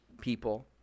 people